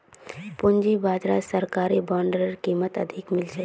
पूंजी बाजारत सरकारी बॉन्डेर कीमत अधिक मिल छेक